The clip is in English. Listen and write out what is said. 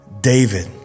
David